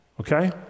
Okay